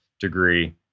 degree